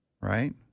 right